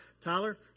Tyler